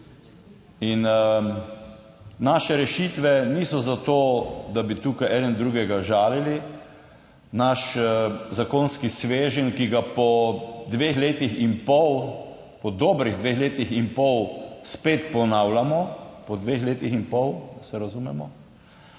Naše rešitve niso zato, da bi tukaj eden drugega žalili. Naš zakonski sveženj, ki ga po dveh letih in pol, po dobrih dveh letih in pol spet ponavljamo, po dveh letih in pol, da se razumemo,